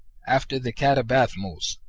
after the catabathmos,